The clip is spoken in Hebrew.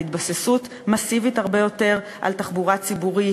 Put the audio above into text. על התבססות מסיבית הרבה יותר על תחבורה ציבורית,